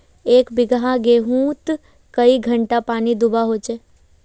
एक बिगहा गेँहूत कई घंटा पानी दुबा होचए?